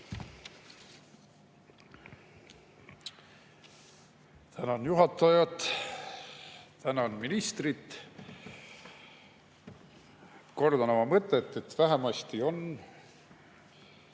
Tänan juhatajat. Tänan ministrit. Kordan oma mõtet, et vähemasti on